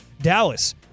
Dallas